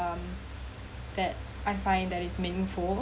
um that I find that is meaningful